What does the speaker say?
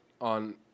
on